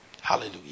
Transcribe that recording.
Hallelujah